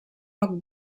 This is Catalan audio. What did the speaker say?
poc